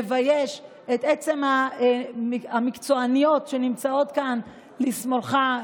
מבייש את עצם המקצועניות שנמצאות כאן לשמאלך,